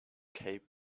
cape